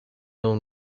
own